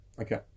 Okay